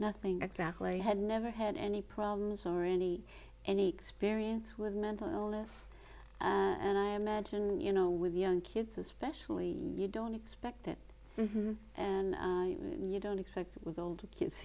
nothing exactly had never had any problems or any any experience with mental illness and i imagine you know with young kids especially you don't expect it and you don't expect with older kids